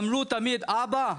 אמרו תמיד "אבא,